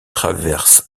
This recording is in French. traverses